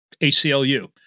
ACLU